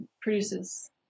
produces